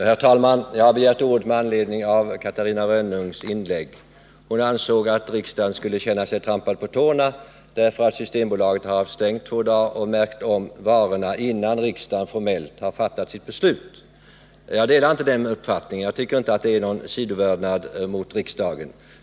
Herr talman! Jag har begärt ordet med anledning av Catarina Rönnungs inlägg. Hon ansåg att riksdagen skulle känna sig trampad på tårna därför att Systembolaget haft stängt två dagar och märkt om varorna, innan riksdagen formellt har fattat sitt beslut. Jag delar inte den uppfattningen. Jag tycker inte att det är någon bristande vördnad mot riksdagen.